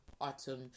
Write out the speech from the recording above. autumn